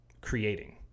creating